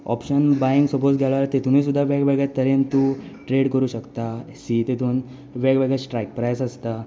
option buying suppose म्हूण आसता तितुनूय सुद्दा वेगवेगळे तरेन तूं ट्रेड करूं शकता तेतून वेगवेगळे स्ट्रायक प्रायस आसता